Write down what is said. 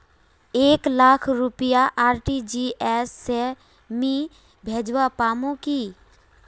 एक लाख रुपया आर.टी.जी.एस से मी भेजवा पामु की